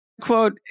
quote